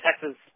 Texas